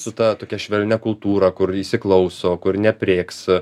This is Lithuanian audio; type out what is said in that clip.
su ta tokia švelnia kultūra kur įsiklauso kur neaprėks